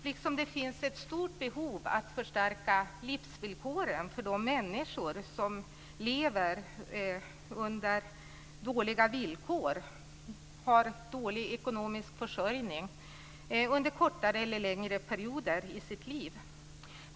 Likaså finns ett stort behov av att stärka livsvillkoren för de människor som lever under dåliga villkor och har dålig ekonomisk försörjning under kortare eller längre perioder i sitt liv.